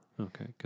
Okay